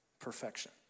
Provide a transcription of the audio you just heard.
perfection